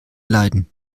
leiden